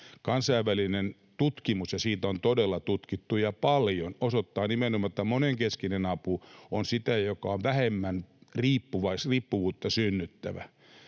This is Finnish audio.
Kansainvälinen tutkimus — ja sitä on todella tutkittu ja paljon — osoittaa nimenomaan, että monenkeskinen apu on sitä, joka on vähemmän riippuvuutta synnyttävää,